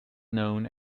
known